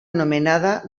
anomenada